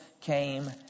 came